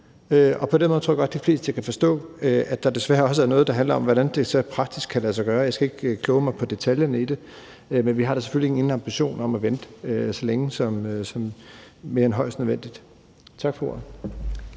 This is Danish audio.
På den måde tror jeg godt at de fleste kan forstå, at der desværre også er noget, der handler om, hvordan det praktisk kan lade sig gøre. Jeg skal ikke kloge mig på detaljerne i det. Men vi har selvfølgelig ingen ambition om at vente længere end højst nødvendigt. Tak for ordet.